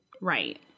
Right